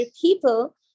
people